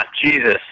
Jesus